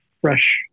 fresh